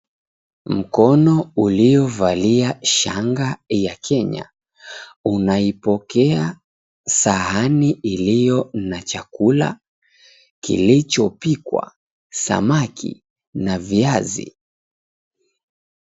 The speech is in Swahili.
Mkono uliovalia shanga ya Kenya unaipokea sahani ilio na chakula kilichopikwa, samaki na viazi.